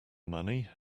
money